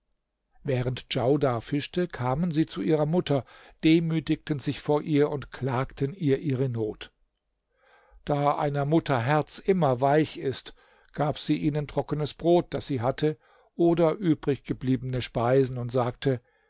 während djaudar fischte kamen sie zu ihrer mutter demütigten sich vor ihr und klagten ihr ihre not da einer mutter herz immer weich ist gab sie ihnen trockenes brot das sie hatte oder übriggebliebene speisen und sagte